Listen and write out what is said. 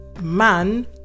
man